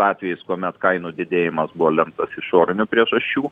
atvejais kuomet kainų didėjimas buvo lemtas išorinių priežasčių